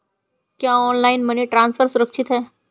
क्या online money transfer सुरक्षित है?